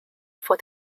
for